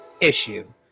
issue